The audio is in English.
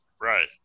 Right